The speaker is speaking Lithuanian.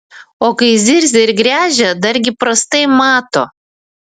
o kai zirzia ir gręžia dargi prastai mato